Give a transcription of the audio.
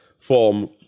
form